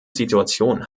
situation